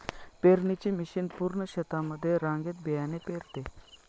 पेरणीची मशीन पूर्ण शेतामध्ये रांगेत बियाणे पेरते